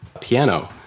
piano